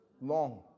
long